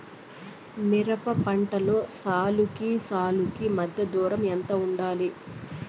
మిరప పంటలో సాలుకి సాలుకీ మధ్య దూరం ఎంత వుండాలి?